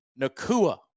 Nakua